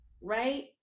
right